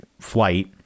flight